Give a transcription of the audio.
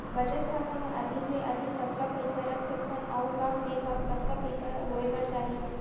बचत खाता मा अधिक ले अधिक कतका पइसा रख सकथन अऊ कम ले कम कतका पइसा होय बर चाही?